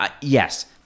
yes